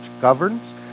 governs